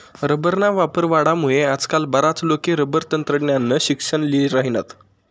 रबरना वापर वाढामुये आजकाल बराच लोके रबर तंत्रज्ञाननं शिक्सन ल्ही राहिनात